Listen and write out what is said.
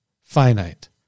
finite